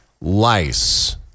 lice